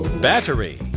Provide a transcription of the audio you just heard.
battery